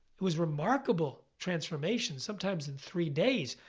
it was remarkable transformation sometimes in three days.